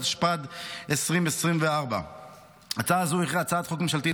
התשפ"ד 2024. הצעה זו היא הצעת חוק ממשלתית